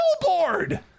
billboard